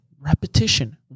repetition